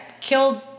killed